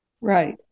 Right